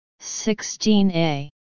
16A